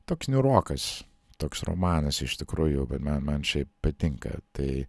toks niūrokas toks romanas iš tikrųjų bet man man šiaip patinka tai